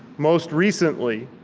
most recently,